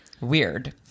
weird